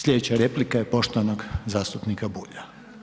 Sljedeća replika je poštovanog zastupnika Bulja.